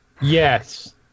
yes